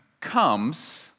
comes